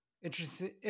Interesting